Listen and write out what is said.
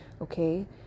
okay